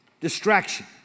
distraction